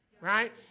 right